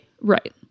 Right